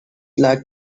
like